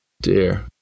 dear